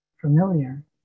familiar